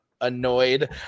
annoyed